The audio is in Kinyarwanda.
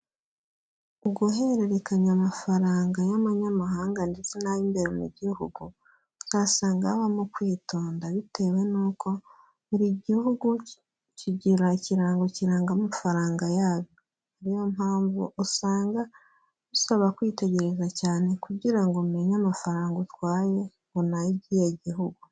Uguhererekanya amafaranga y'amanyamahanga ndetse n'ay'imbere mu gihugu, uzasanga habamo kwitonda bitewe nuko buri gihugu kigira ikirango kiranga amafaranga yabyo, ariyo mpamvu usanga bisaba kwitegereza cyane kugira ngo umenye amafaranga utwaye ngo ni ay'ikihe gihugu.